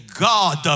God